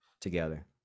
together